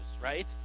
Right